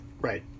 Right